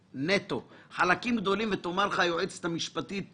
תחת הכותרת: "אם שלמה אליהו אינו סומך על הנהלת מגדל,